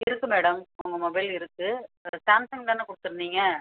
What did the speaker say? இருக்குது மேடம் உங்கள் மொபைல் இருக்குது சாம்சங்தானே கொடுத்துருந்திங்க